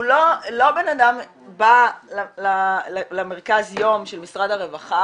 לא בנאדם בא למרכז יום של משרד הרווחה